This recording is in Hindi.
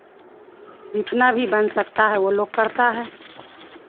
जितना भी बन सकता है वो लोग करता है